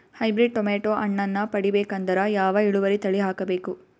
Hybrid tomato ಹಣ್ಣನ್ನ ಪಡಿಬೇಕಂದರ ಯಾವ ಇಳುವರಿ ತಳಿ ಹಾಕಬೇಕು?